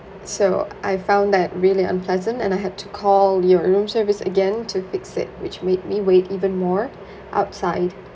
so I found that really unpleasant and I had to call your room service again to fix it which made me wait even more outside